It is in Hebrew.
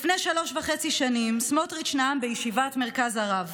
לפני שלוש וחצי שנים סמוטריץ' נאם בישיבת מרכז הרב